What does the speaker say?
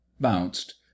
bounced